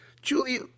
Julia